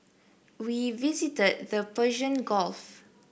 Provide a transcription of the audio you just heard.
we visited the Persian Gulf